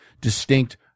distinct